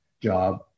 job